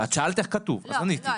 לכן